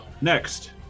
next